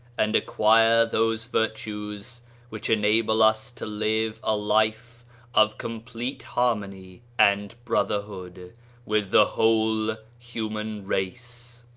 and acquire those virtues which enable us to live a life of complete harmony and brotherhood with the whole human race.